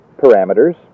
parameters